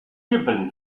日本